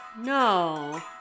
No